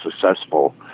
successful